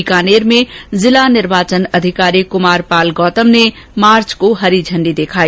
बीकानेर में जिला निर्वाचन अधिकारी कुमारपाल गौतम ने मार्च को हरी झंडी दिखाई